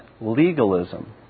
legalism